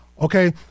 okay